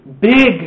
big